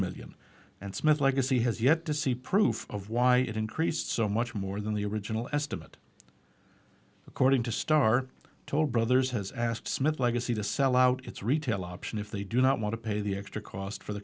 million and smith legacy has yet to see proof of why it increased so much more than the original estimate according to star toll brothers has asked smith legacy to sell out its retail option if they do not want to pay the extra cost for the